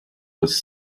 was